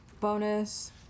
Bonus